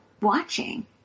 watching